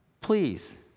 please